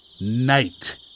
Night